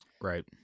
Right